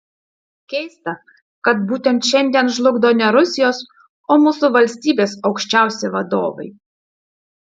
keista kad būtent šiandien žlugdo ne rusijos o mūsų valstybės aukščiausi vadovai